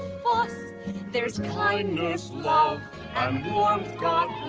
fuss they're kindness love and warmth god